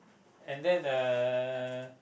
and then uh